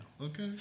Okay